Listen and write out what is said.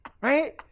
Right